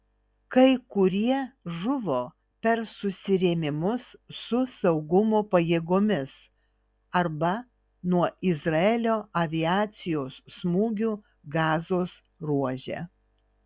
kai kurie žuvo per susirėmimus su saugumo pajėgomis arba nuo izraelio aviacijos smūgių gazos ruože